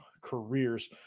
careers